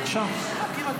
בבקשה.